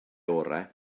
orau